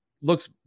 looks